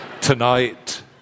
tonight